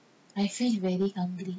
I feel very hungry